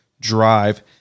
drive